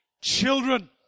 children